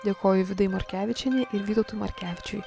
dėkoju vidai markevičienei ir vytautui markevičiui